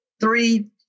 Three